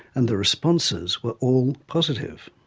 and the responses were all positive.